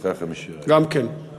גם כן,